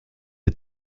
pas